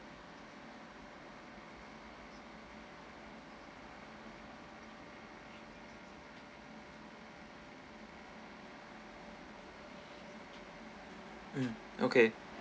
mm okay